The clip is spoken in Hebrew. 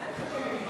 בחירות ומימון מפלגות,